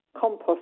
compost